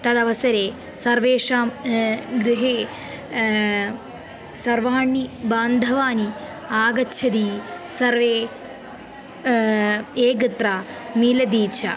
तदवसरे सर्वेषां गृहे सर्वे बान्धवाः आगच्छति सर्वे एकत्र मीलति च